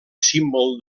símbol